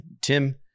Tim